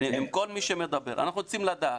אנחנו רוצים לדעת,